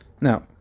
Now